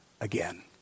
again